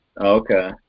Okay